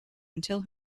until